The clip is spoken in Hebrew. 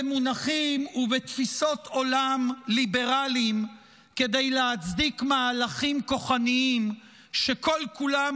במונחים ובתפיסות עולם ליברליים כדי להצדיק מהלכים כוחניים שכל-כולם